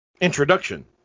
Introduction